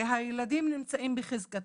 שהילדים נמצאים בחזקתו.